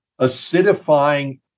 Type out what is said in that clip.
acidifying